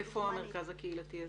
איפה המרכז הקהילתי הזה?